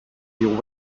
your